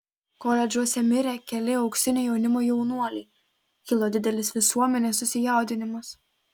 koledžuose mirė keli auksinio jaunimo jaunuoliai kilo didelis visuomenės susijaudinimas